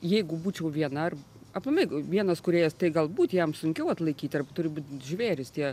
jeigu būčiau viena ar aplamai vienas kūrėjas tai galbūt jam sunkiau atlaikyti turi būt žvėrys tie